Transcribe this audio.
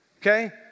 okay